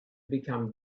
become